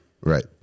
Right